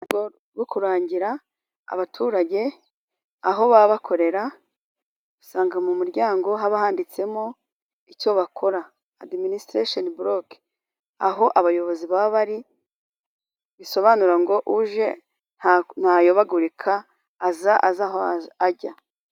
Rwe rwo kurangira abaturage aho baba bakorera usanga mu muryango haba handitsemo icyo bakora adiminisitiresheni boloke aho abayobozi baba bari bisobanura ngo uje ntayobagurika aza aza aho ajya.